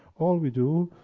all we do,